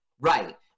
right